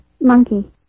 monkey